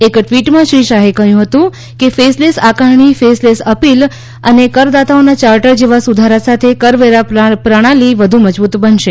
એક ટ્વિટમાં શ્રી શાહે કહ્યું હતું કે ફેસલેસ આકારણી ફેસલેસ અપીલ અને કરદાતાઓના ચાર્ટર જેવા સુધારા સાથે કરવેરા પ્રણાલી વધુ મજબૂત બનશે